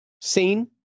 Seen